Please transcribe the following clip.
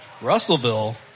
Russellville